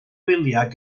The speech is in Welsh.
wyliau